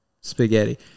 spaghetti